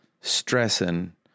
stressing